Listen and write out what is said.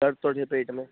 दर्द थो थिए पेट में